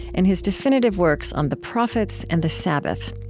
and his definitive works on the prophets and the sabbath.